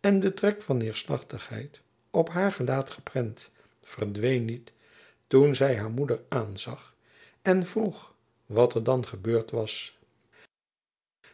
en de trek van neêrslagtigheid op haar gelaat geprent verdween niet toen zy haar moeder aanzag en vroeg wat er dan gebeurd was